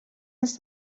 als